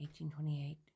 1828